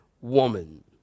woman